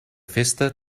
festa